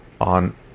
on